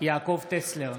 בעד יעקב טסלר,